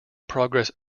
progress